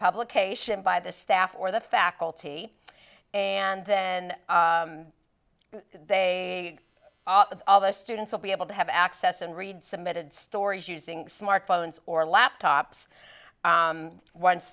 publication by the staff or the faculty and then they are all the students will be able to have access and read submitted stories using smart phones or laptops once